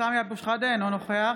אינו נוכח